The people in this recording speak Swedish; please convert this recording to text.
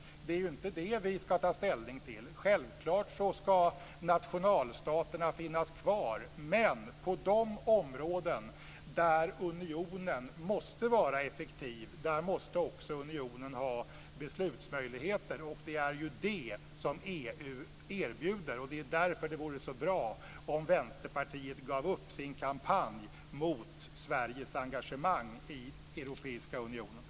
Det är inte det vi ska ta ställning till. Nationalstaterna ska självfallet finnas kvar, men på de områden där unionen måste vara effektiv måste också unionen ha beslutsmöjligheter. Det är ju detta som EU erbjuder. Det är därför som det vore så bra om